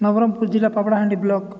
ନବରଙ୍ଗପୁର ଜିଲ୍ଲା ପାପଡ଼ାହାଣ୍ଡି ବ୍ଲକ